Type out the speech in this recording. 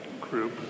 group